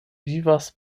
vivas